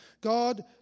God